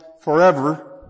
Forever